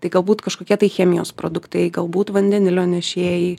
tai galbūt kažkokie tai chemijos produktai galbūt vandenilio nešėjai